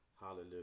Hallelujah